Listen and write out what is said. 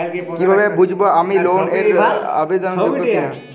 কীভাবে বুঝব আমি লোন এর আবেদন যোগ্য কিনা?